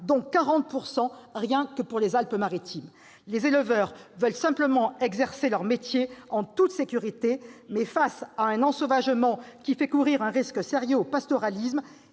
dont 40 % dans les seules Alpes-Maritimes. Les éleveurs veulent simplement exercer leur métier en toute sécurité, mais face à un ensauvagement qui fait courir un risque sérieux au pastoralisme,